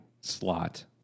slot